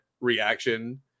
reaction